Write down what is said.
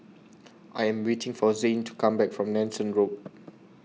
I Am waiting For Zhane to Come Back from Nanson Road